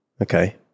okay